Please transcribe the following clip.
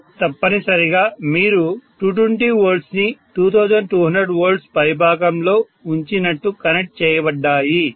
అవి తప్పనిసరిగా మీరు 220 V ని 2200 V పైభాగంలో ఉంచినట్లు కనెక్ట్ చేయబడ్డాయి